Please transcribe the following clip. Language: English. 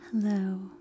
Hello